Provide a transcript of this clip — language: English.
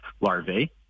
larvae